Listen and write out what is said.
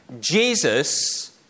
Jesus